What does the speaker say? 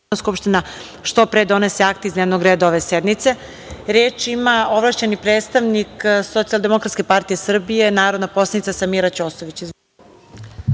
skupština što pre donese akte iz dnevnog reda ove sednice. Reč ima ovlašćeni predstavnik Socijaldemokratske partije Srbije narodna poslanica Samira